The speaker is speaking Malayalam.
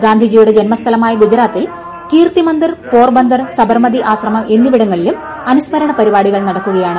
ഗാന്ധിജിയുടെ ജൻമസ്ഥലമായ ഗുജറാത്തിൽ കീർത്തി മന്ദിർ പോർബന്ദർ സബർമതി ആശ്രമം എന്നിവിടങ്ങളിലും അനുസ്മരണ പരിപാടികൾ നടക്കുകയാണ്